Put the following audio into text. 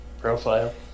profile